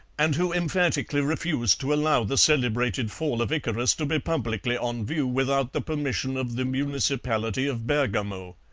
and who emphatically refused to allow the celebrated fall of icarus to be publicly on view without the permission of the municipality of bergamo.